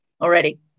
already